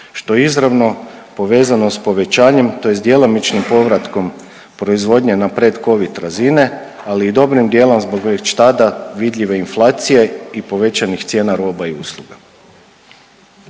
što je izravno povezano s povećanjem tj. djelomičnim povratkom proizvodnje na predcovid razine, ali i dobrim dijelom zbog već tada vidljive inflacije i povećanih cijena roba i usluga.